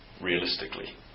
realistically